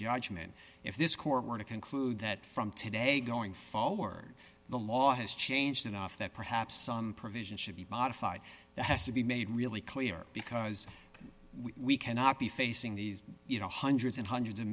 judgment if this court were to conclude that from today going forward the law has changed enough that perhaps on provisions should be modified has to be made really clear because we cannot be facing these you know hundreds and hundreds of